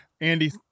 Andy